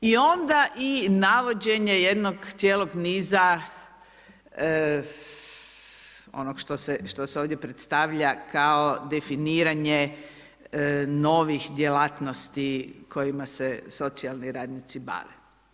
I onda i navođenje jednog cijelog niza onog što se ovdje predstavlja kao definiranje novih djelatnosti kojima se socijalni radnici bave.